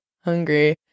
hungry